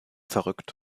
verrückt